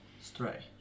stray